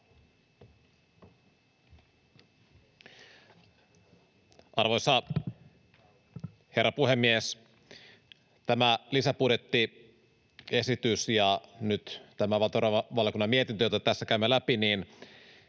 Arvoisa herra puhemies! Tämä lisäbudjettiesitys ja nyt tämä valtiovarainvaliokunnan mietintö, jota tässä käymme läpi,